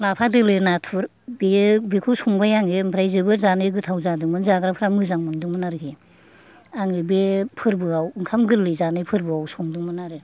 लाफा दोलो नाथुर बियो बेखौ संबाय आङो ओमफ्राय जोबोद जानो गोथाव जादोंमोन जाग्राफ्रा मोजां मोनदोंमोन आरोखि आङो बे फोरबोआव ओंखाम गोरलै जानाय फोरबोआव संदोंमोन आरो